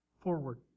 forward